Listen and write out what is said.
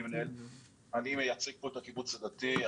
אני מייצג פה את הקיבוץ הדתי.